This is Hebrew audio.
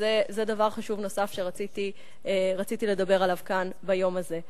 וזה דבר חשוב נוסף שרציתי לדבר עליו כאן ביום הזה.